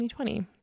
2020